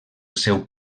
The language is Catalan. seu